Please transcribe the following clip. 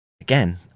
Again